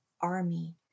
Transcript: army